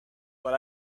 but